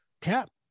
cap